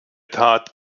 tat